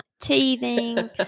teething